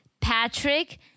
Patrick